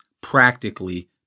practically